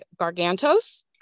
Gargantos